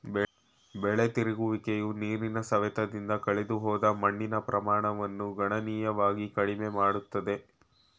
ಬೆಳೆ ತಿರುಗುವಿಕೆಯು ನೀರಿನ ಸವೆತದಿಂದ ಕಳೆದುಹೋದ ಮಣ್ಣಿನ ಪ್ರಮಾಣವನ್ನು ಗಣನೀಯವಾಗಿ ಕಡಿಮೆ ಮಾಡುತ್ತದೆ